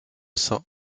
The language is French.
cents